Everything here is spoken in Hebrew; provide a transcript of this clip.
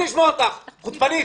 לא רוצה לשמוע אותך, חוצפנית.